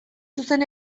zuzen